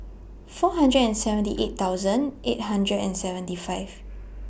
four hundred and seventy eight thousand eight hundred and seventy five